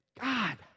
God